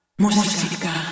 música